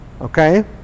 Okay